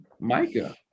Micah